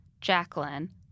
Jacqueline